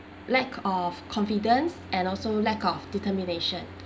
lack of confidence and also lack of determination